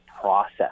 process